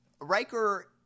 Riker